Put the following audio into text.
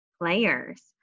players